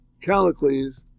Callicles